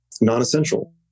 non-essential